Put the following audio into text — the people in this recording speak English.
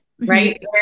right